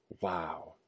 Wow